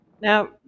Now